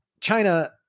China